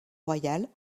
royale